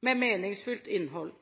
med meningsfylt innhold.